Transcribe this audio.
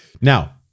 Now